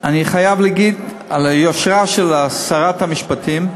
אני חייב להגיד על היושרה של שרת המשפטים,